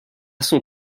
son